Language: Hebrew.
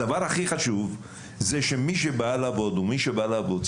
הדבר הכי חשוב זה שמי שבא לעבוד או מי שבאה לעבוד,